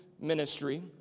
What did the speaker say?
ministry